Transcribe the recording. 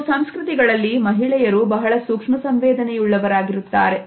ಕೆಲವು ಸಂಸ್ಕೃತಿಗಳಲ್ಲಿ ಮಹಿಳೆಯರು ಬಹಳ ಸೂಕ್ಷ್ಮ ಸಂವೇದನೆಯುಳ್ಳ ರಾಗಿರುತ್ತಾರೆ